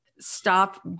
stop